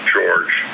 George